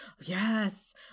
yes